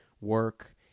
work